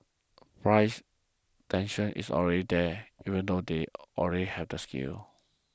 the price tension is already there even though they already have the scale